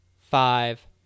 five